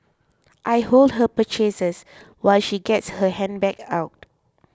I hold her purchases while she gets her handbag out